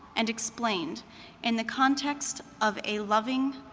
and explained in the context of a loving,